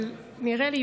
אבל נראה לי,